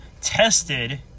tested